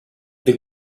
the